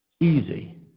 easy